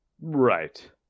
Right